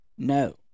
No